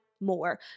more